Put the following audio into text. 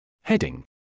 Heading